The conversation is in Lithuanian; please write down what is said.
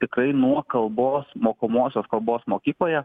tikrai nuo kalbos mokomosios kalbos mokykloje